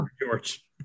George